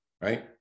right